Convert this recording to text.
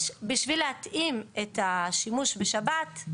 בשביל להתאים את השימוש בשבת,